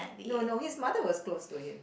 no no his mother was close to him